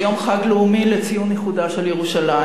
הרי זה יום חג לאומי לציון איחודה של ירושלים.